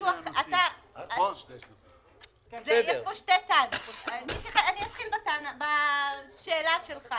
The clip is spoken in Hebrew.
יש פה שתי טענות ואני אתחיל בשאלה שלך,